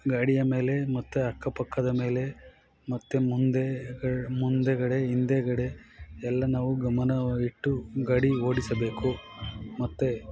ಗಾಡಿಯ ಮೇಲೆ ಮತ್ತೆ ಅಕ್ಕ ಪಕ್ಕದ ಮೇಲೆ ಮತ್ತೆ ಮುಂದೆ ಮುಂದುಗಡೆ ಹಿಂದುಗಡೆ ಎಲ್ಲ ನಾವು ಗಮನವ ಇಟ್ಟು ಗಾಡಿ ಓಡಿಸಬೇಕು ಮತ್ತೆ